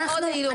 מדינת ישראל,